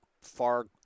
far